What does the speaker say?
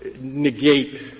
negate